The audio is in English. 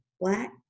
black